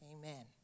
Amen